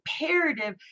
imperative